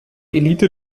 elite